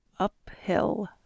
Uphill